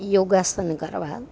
યોગાસન કરવા